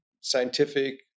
scientific